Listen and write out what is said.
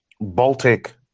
Baltic